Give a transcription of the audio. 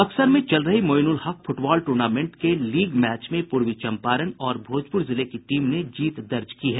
बक्सर में चल रही मोइनुलहक कप फुटबॉल टूर्नामेंट के लीग मैच में पूर्वी चम्पारण और भोजपुर जिले की टीम ने जीत दर्ज की है